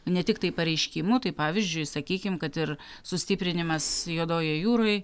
ne tiktai pareiškimų tai pavyzdžiui sakykim kad ir sustiprinimas juodojoj jūroj